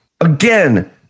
again